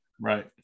Right